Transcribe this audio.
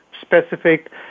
specific